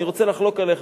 אני רוצה לחלוק עליך,